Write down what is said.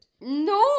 No